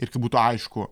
ir kad būtų aišku